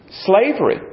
Slavery